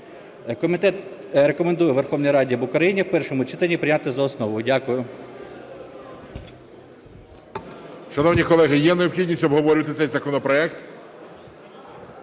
Комітет рекомендує Верховній Раді України в першому читанні прийняти за основу. Дякую.